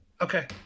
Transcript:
Okay